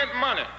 money